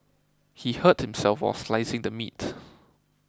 he hurt himself while slicing the meat